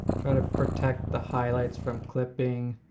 try to protect the highlights from clipping,